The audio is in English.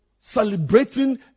celebrating